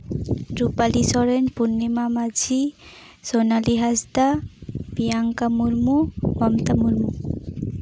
Rupali Soren Purnima Majhi Sonali Hansda Piyanka Murmu Mamata Murmu